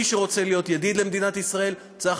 מי שרוצה להיות ידיד למדינת ישראל צריך